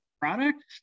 product